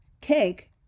cake